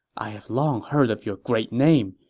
i have long heard of your great name,